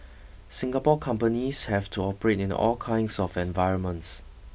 Singapore companies have to operate in all kinds of environments